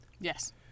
yes